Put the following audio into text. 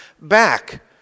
back